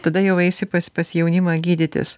tada jau eisi pas pas jaunimą gydytis